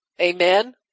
amen